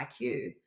IQ